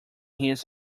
his